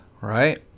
right